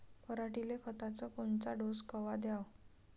पऱ्हाटीले खताचा कोनचा डोस कवा द्याव?